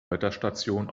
wetterstation